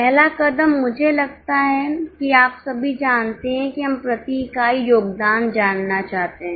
पहला कदम मुझे लगता है कि आप सभी जानते हैं कि हम प्रति इकाई योगदान जानना चाहते हैं